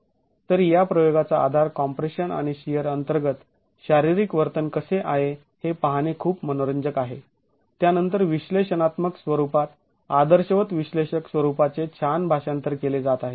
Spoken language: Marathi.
तर या प्रयोगाचा आधार कॉम्प्रेशन आणि शिअर अंतर्गत शारीरिक वर्तन कसे आहे हे पाहणे खूप मनोरंजक आहे त्यानंतर विश्लेषणात्मक स्वरूपात आदर्शवत विश्लेषक स्वरूपाचे छान भाषांतर केले जात आहे